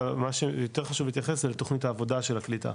אבל מה שיותר חשוב להתייחס זה לתוכנית העבודה של הקליטה,